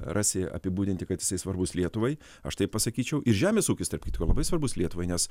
rasi apibūdinti kad jisai svarbus lietuvai aš taip pasakyčiau ir žemės ūkis tarp kitko labai svarbus lietuvai nes